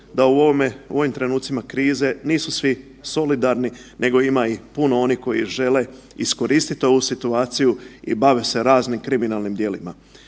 da u ovim trenucima krize nisu svi solidarni nego ima puno onih koji žele iskoristit ovu situaciju i bave se raznim kriminalnim djelima.